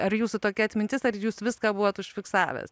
ar jūsų tokia atmintis ar jūs viską buvot užfiksavęs